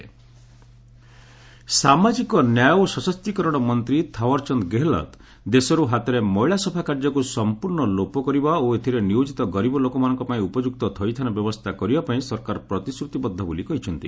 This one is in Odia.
ଆର୍ଏସ୍ ମାନୁଆଲ୍ ସ୍କାଭେଞ୍ଜିଂ ସାମାଜିକ ନ୍ୟାୟ ଓ ସଶକ୍ତିକରଣ ମନ୍ତ୍ରୀ ଥାଓ୍ୱରଚାନ୍ଦ ଗେହଲତ୍ ଦେଶରୁ ହାତରେ ମଇଳା ସଫା କାର୍ଯ୍ୟକୁ ସଂପୂର୍ଣ୍ଣ ଲୋପ କରିବା ଓ ଏଥିରେ ନିୟୋଜିତ ଗରିବ ଲୋକମାନଙ୍କ ପାଇଁ ଉପଯୁକ୍ତ ଥଇଥାନ ବ୍ୟବସ୍ଥା କରିବା ପାଇଁ ସରକାର ପ୍ରତିଶ୍ରତିବଦ୍ଧ ବୋଲି କହିଛନ୍ତି